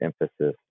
emphasis